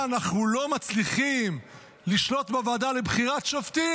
אנחנו לא מצליחים לשלוט בוועדה לבחירת שופטים,